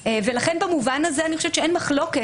ולכן במובן הזה אני חושבת שאין מחלוקת